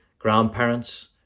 Grandparents